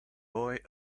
boy